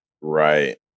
Right